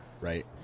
right